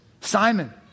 Simon